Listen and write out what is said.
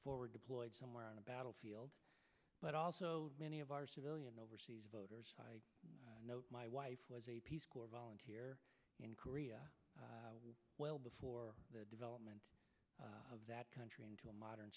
forward deployed somewhere on the battlefield but also many of our civilian overseas voters i know my wife was a peace corps volunteer in korea well before the development of that country into a modern